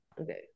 okay